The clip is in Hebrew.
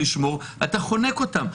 אתה חונק אותם,